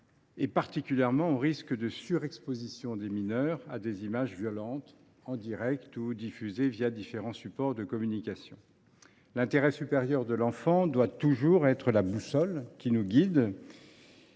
en particulier du risque de surexposition des mineurs à des images violentes, en direct ou diffusées différents supports de communication. L’intérêt supérieur de l’enfant doit toujours être la boussole qui nous guide.